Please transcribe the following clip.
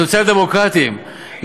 הסוציאל-דמוקרטים,